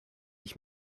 ich